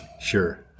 Sure